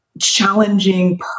challenging